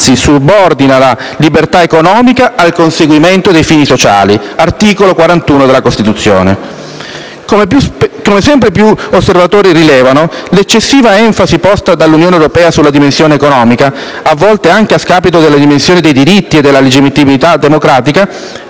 anzi subordina la libertà economica al conseguimento di fini sociali (articolo 41 della Costituzione). Come sempre più osservatori rilevano, l'eccessiva enfasi posta dall'Unione europea sulla dimensione economica, a volte anche a scapito della dimensione dei diritti e della legittimità democratica,